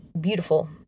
beautiful